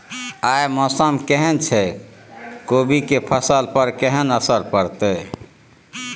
आय मौसम केहन छै कोबी के फसल पर केहन असर परतै?